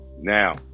Now